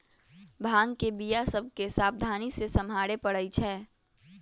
भांग के बीया सभ के सावधानी से सम्हारे परइ छै